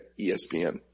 ESPN